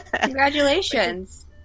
Congratulations